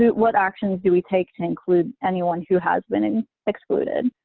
what actions do we take to include anyone who has been an excluded?